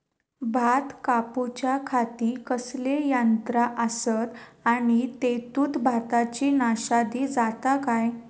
भात कापूच्या खाती कसले यांत्रा आसत आणि तेतुत भाताची नाशादी जाता काय?